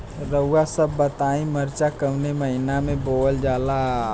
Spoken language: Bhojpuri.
रउआ सभ बताई मरचा कवने महीना में बोवल जाला?